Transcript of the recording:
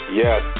yes